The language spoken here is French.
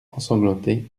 ensanglantés